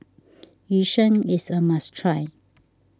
Yu Sheng is a must try